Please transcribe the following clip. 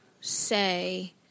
say